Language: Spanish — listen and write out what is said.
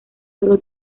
sólo